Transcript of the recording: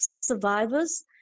survivors